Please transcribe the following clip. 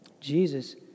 Jesus